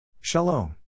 Shalom